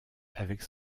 avec